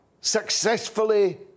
successfully